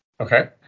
Okay